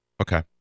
Okay